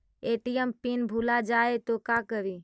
ATM pin भुला जाए तो का करी?